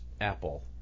Apple